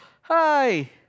Hi